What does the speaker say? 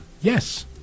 yes